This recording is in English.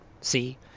see